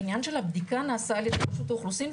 העניין של הבדיקה נעשה על ידי רשות האוכלוסין,